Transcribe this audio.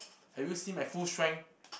have you seen my full strength